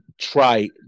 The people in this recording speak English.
try